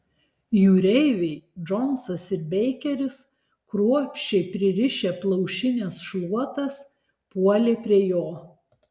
jūreiviai džonsas ir beikeris kruopščiai pririšę plaušines šluotas puolė prie jo